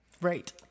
Right